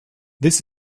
this